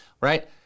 right